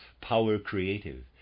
power-creative